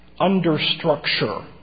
understructure